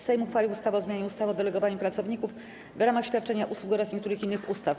Sejm uchwalił ustawę o zmianie ustawy o delegowaniu pracowników w ramach świadczenia usług oraz niektórych innych ustaw.